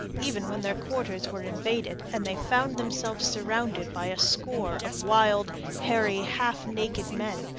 even when their quarters were invaded and they found themselves surrounded by a score of wild, hairy, half-naked men,